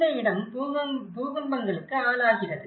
இந்த இடம் பூகம்பங்களுக்கு ஆளாகிறது